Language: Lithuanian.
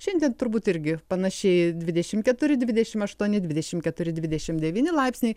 šiandien turbūt irgi panašiai dvidešim keturi dvidešim aštuoni dvidešim keturi dvidešim devyni laipsniai